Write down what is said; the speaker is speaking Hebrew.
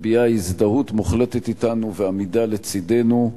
מביעה הזדהות מוחלטת אתנו ועמידה לצדנו.